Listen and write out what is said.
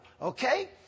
okay